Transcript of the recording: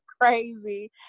crazy